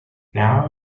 now